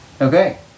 Okay